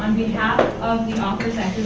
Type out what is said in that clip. on behalf of the um